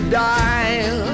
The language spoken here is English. die